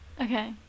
okay